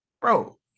bro